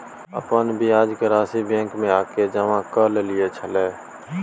अपन ब्याज के राशि बैंक में आ के जमा कैलियै छलौं?